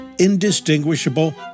indistinguishable